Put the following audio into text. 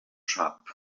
sap